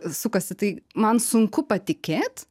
sukasi tai man sunku patikėt